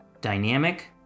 dynamic